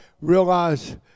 realize